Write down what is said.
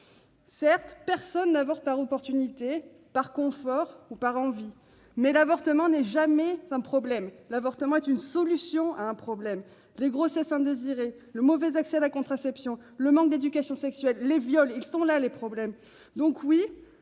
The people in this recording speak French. Certes, personne n'avorte par opportunité, par confort ou par envie. Mais l'avortement n'est jamais un problème. L'avortement est une solution à un problème. Les grossesses non désirées, le mauvais accès à la contraception, le manque d'éducation sexuelle, les viols : ils sont là, les problèmes.